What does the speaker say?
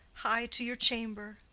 hie to your chamber.